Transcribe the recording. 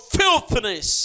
filthiness